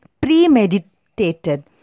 premeditated